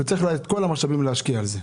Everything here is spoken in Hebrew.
את כל המשאבים צריך להשקיע בזה.